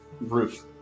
roof